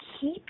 keep